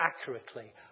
accurately